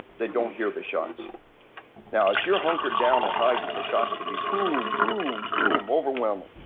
they don't hear the shots now if you are hunkered down and hide and the shots can be boom, boom, boom, overwhelming,